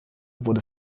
wurde